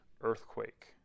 earthquake